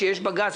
שיש עתירה לבג"ץ,